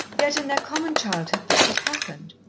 yet in their common childhood, this had happened.